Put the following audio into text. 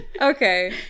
Okay